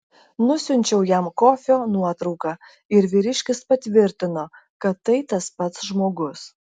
nusiunčiau jam kofio nuotrauką ir vyriškis patvirtino kad tai tas pats žmogus